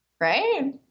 Right